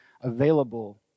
available